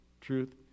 truth